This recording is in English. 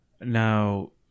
Now